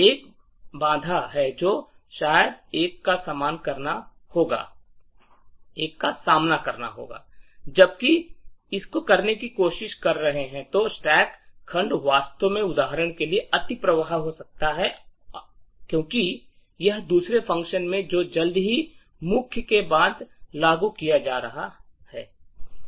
एक बाधा है जो शायद एक का सामना करना होगा जबकि करने की कोशिश कर रहा है कि स्टैक खंड वास्तव में उदाहरण के लिए अतिप्रवाह हो सकता है क्योंकि यह दूसरे function है जो जल्द ही मुख्य के बाद लागू किया जाता है से है